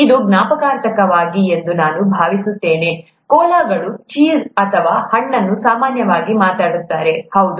ಇದು ಜ್ಞಾಪಕಾರ್ಥವಾಗಿದೆ ಎಂದು ನಾನು ಭಾವಿಸುತ್ತೇನೆ ಕೋಲಾಗಳು ಚೀಸ್ ಅಥವಾ ಹಣ್ಣನ್ನು ಸಾಮಾನ್ಯವಾಗಿ ಮಾತನಾಡುತ್ತಾರೆ ಹೌದು